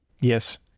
Yes